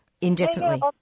indefinitely